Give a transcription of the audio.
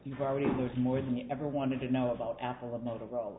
you've already heard more than you ever wanted to know about apple of motorola